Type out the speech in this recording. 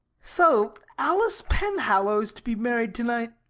so alice penhallow is to be married tonight.